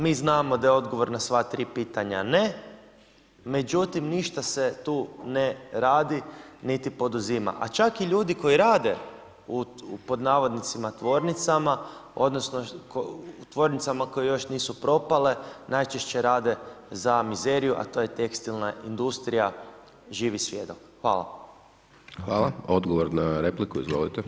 Mi znamo da je odgovor na sva tri pitanja ne, međutim ništa se tu ne radi niti poduzima a čak i ljudi koji rade „u tvornicama“ odnosno u tvornicama moje još nisu propale, najčešće rade za mizeriju a tu je tekstilna industrija živi svjedok.